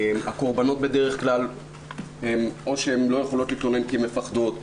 הקורבנות בדרך כלל לא יכולות להתלונן כי הן מפחדות,